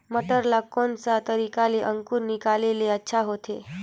मटर ला कोन सा तरीका ले अंकुर निकाले ले अच्छा होथे?